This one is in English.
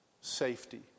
safety